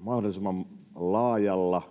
mahdollisimman laajalla